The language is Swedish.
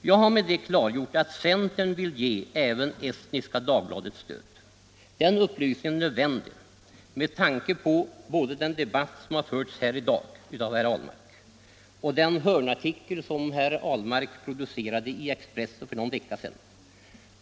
Jag har med detta klargjort att centern vill ge även Estniska Dagbladet stöd. Den upplysningen är nödvändig med tanke på både den debatt som har förts här i dag av herr Ahlmark och den hörnartikel som herr Ahlmark producerade i Expressen för någon vecka sedan